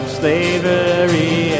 slavery